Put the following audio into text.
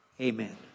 Amen